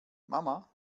mama